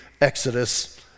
Exodus